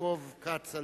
יעקב כץ,